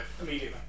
Immediately